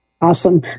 Awesome